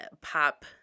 pop